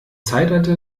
zeitalter